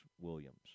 Williams